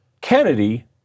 Kennedy